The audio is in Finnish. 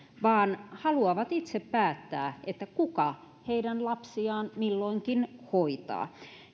vaan haluavat itse päättää kuka heidän lapsiaan milloinkin hoitaa